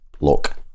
look